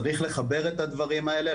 צריך לחבר את כל הדברים האלה,